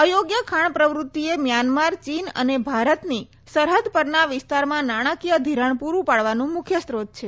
અયોગ્ય ખાજ્ઞ પ્રવૃત્તિએ મ્યાનમાર ચીન અને ભારતની સરહદ પરના વિસ્તારમાં નાણાંકીય ધિરાણ પુરું પાડવાનું મુખ્ય સ્રોત છે